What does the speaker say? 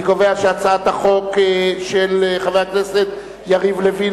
אני קובע שהצעת החוק של חבר הכנסת יריב לוין,